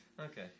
okay